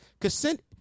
Consent